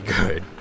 good